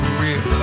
real